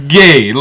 gay